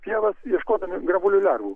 pievas ieškodami grambuolių lervų